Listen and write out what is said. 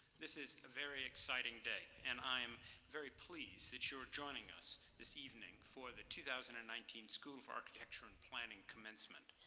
this is a very exciting day, and i am very pleased that you're joining us this evening for the two thousand and nineteen school of architecture and planning commencement.